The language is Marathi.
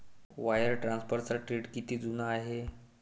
वायर ट्रान्सफरचा ट्रेंड किती जुना आहे?